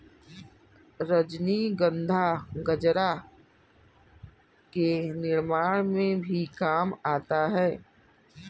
रजनीगंधा गजरा के निर्माण में भी काम आता है